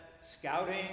scouting